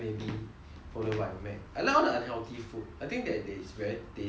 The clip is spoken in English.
followed by mac I like all the unhealthy food I think that it's very tasty and